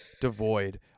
devoid